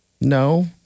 No